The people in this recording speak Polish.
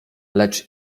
lecz